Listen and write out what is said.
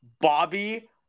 Bobby